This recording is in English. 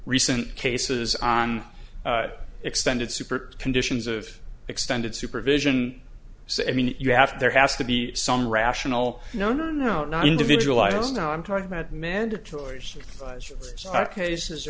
recent cases on extended super conditions of extended supervision so i mean you have there has to be some rational no no no individual i don't know i'm talking about mandatory cases